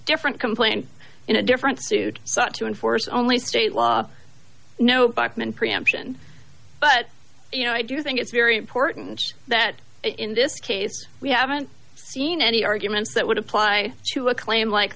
front complained in a different suit such to enforce only state law no bachmann preemption but you know i do think it's very important that in this case we haven't seen any arguments that would apply to a claim like